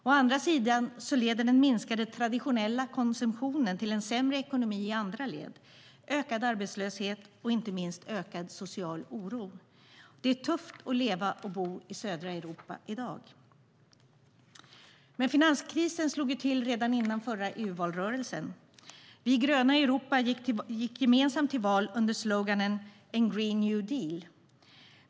Å andra sidan leder den minskade traditionella konsumtionen till en sämre ekonomi i andra led, ökad arbetslöshet och inte minst ökad social oro. Det är tufft att leva och bo i södra Europa i dag. Finanskrisen slog till redan före förra EU-valrörelsen. Vi gröna i Europa gick gemensamt till val under slogan Green New Deal.